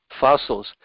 fossils